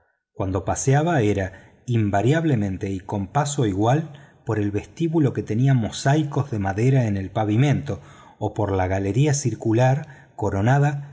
cuando paseaba era invariablemente y con paso igual por el vestíbulo que tenía mosaicos de madera en el pavimento o por la galería circular coronada